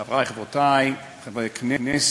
תודה, חברי וחברותי חברי הכנסת,